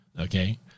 Okay